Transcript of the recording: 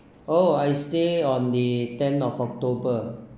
oh I stay on the tenth of october